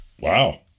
Wow